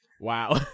Wow